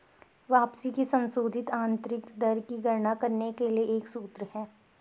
वापसी की संशोधित आंतरिक दर की गणना करने के लिए एक सूत्र है